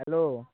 hello